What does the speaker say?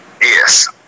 Yes